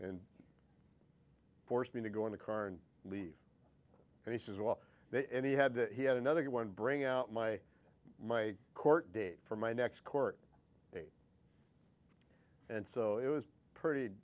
and forced me to go in the car and leave and he says well they ne had he had another one bring out my my court date for my next court and so it was pretty